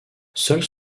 seuls